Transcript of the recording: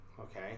Okay